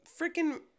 freaking